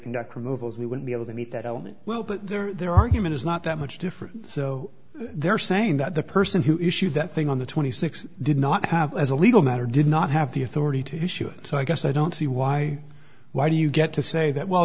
conduct removals we wouldn't be able to meet that element well but their argument is not that much different so they're saying that the person who issued that thing on the twenty six did not have as a legal matter did not have the authority to issue it so i guess i don't see why why do you get to say that well